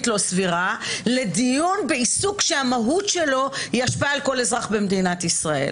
לא סבירה לדיון בעיסוק שמהותו היא השפעה על כל אזרח במדינת ישראל.